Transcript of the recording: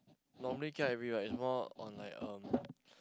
normally K_I_V right is more on like um